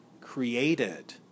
created